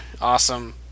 awesome